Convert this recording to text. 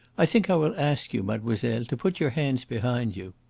i think i will ask you, mademoiselle, to put your hands behind you.